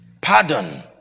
pardon